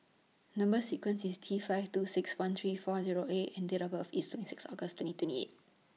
Number sequence IS T five two six one three four Zero A and Date of birth IS twenty six August twenty twenty eight